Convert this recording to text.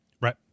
Right